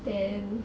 then